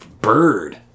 bird